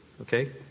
okay